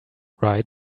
right